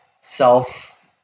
self